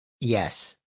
Yes